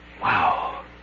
Wow